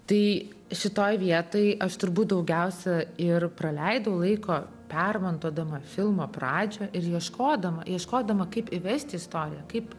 tai šitoj vietoj aš turbūt daugiausia ir praleidau laiko permontuodama filmo pradžią ir ieškodama ieškodama kaip įvesti istoriją kaip